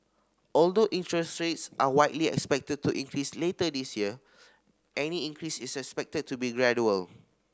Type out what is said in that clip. although interest rates are widely expected to increase later this year any increase is expected to be gradual